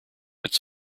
its